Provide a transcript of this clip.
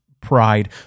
pride